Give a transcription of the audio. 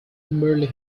kimberly